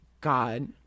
god